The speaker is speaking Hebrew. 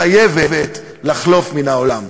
חייבת לחלוף מן העולם.